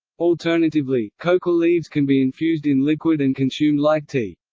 alternatively, coca leaves can be infused in liquid and consumed like tea.